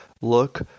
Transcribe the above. look